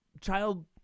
child